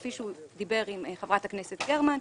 כפי שהוא דיבר עם חברת הכנסת גרמן.